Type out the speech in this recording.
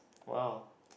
!wow!